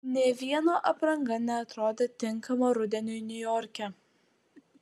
nė vieno apranga neatrodė tinkama rudeniui niujorke